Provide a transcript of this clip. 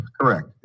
Correct